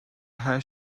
her